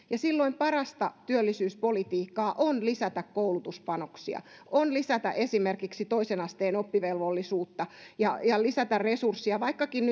ja silloin parasta työllisyyspolitiikkaa on lisätä koulutuspanoksia lisätä esimerkiksi toisen asteen oppivelvollisuutta ja ja lisätä resurssia vaikkakin